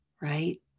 right